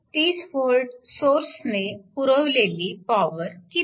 30V सोर्सने पुरवलेली power किती